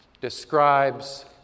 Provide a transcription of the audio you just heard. describes